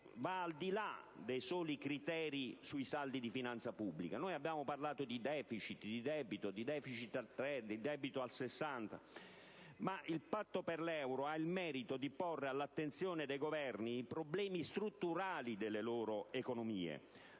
il Patto per l'euro va al di là dei soli criteri sui saldi di finanza pubblica: abbiamo parlato di *deficit* al 3 per cento, di debito al 60 per cento, ma il Patto per l'euro ha il merito di porre all'attenzione dei Governi i problemi strutturali delle economie